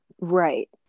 Right